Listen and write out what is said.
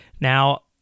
Now